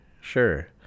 Sure